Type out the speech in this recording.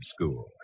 school